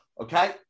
Okay